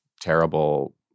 terrible